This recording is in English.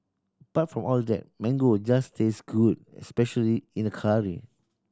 apart from all that mango just tastes good especially in a curry